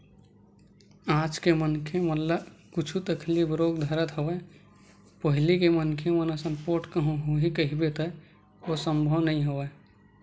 आज के मनखे मन ल कुछु तकलीफ रोग धरत हवय पहिली के मनखे मन असन पोठ कहूँ होही कहिबे त ओ संभव नई होवय